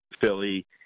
Philly